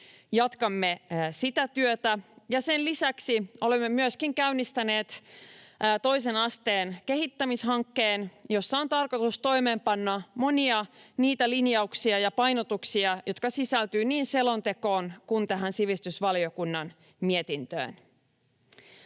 jatkamme sitä työtä, ja sen lisäksi olemme myöskin käynnistäneet toisen asteen kehittämishankkeen, jossa on tarkoitus toimeenpanna monia niitä linjauksia ja painotuksia, jotka sisältyvät niin selontekoon kuin tähän sivistysvaliokunnan mietintöön.